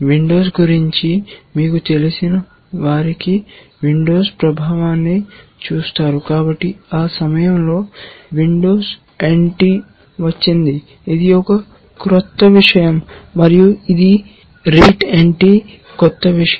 Windows గురించి మీకు తెలిసిన వారికి విండోస్ ప్రభావాన్ని చూస్తారు కాబట్టి ఆ సమయంలో విండోస్ ఎన్టి వచ్చింది ఇది ఒక క్రొత్త విషయం మరియు ఈ RETE NT కొత్త విషయం